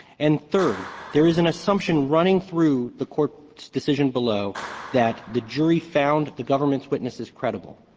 and third, there is an assumption running through the courts decision below that the jury found the government's witnesses creditable.